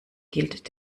gilt